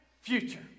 future